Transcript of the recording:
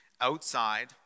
outside